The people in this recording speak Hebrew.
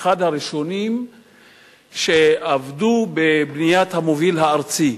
אחד הראשונים שעבדו בבניית המוביל הארצי,